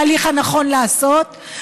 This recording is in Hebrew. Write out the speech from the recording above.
ההליך הנכון לעשות,